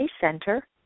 center